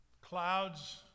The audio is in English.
Clouds